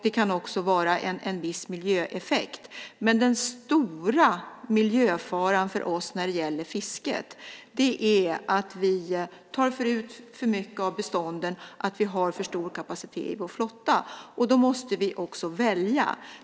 Det kan också vara en viss miljöeffekt. Men den stora miljöfaran för oss när det gäller fisket är att vi tar ut för mycket av bestånden, att vi har för stor kapacitet i vår flotta. Då måste vi också välja.